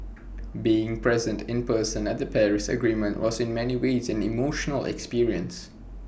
being present in person at the Paris agreement was in many ways an emotional experience